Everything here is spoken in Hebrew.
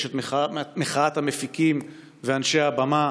יש את מחאת המפיקים ואנשי הבמה,